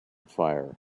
fire